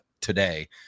today